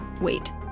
wait